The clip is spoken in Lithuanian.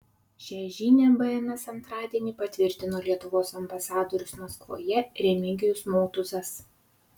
šią žinią bns antradienį patvirtino lietuvos ambasadorius maskvoje remigijus motuzas